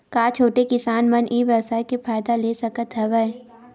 का छोटे किसान मन ई व्यवसाय के फ़ायदा ले सकत हवय?